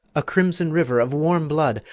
a crimson river of warm blood,